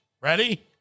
Ready